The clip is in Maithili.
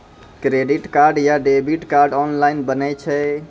क्रेडिट कार्ड या डेबिट कार्ड ऑनलाइन बनै छै?